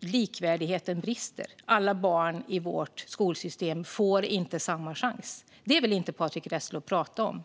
Likvärdigheten brister - alla barn i vårt skolsystem får inte samma chans. Det vill inte Patrick Reslow prata om.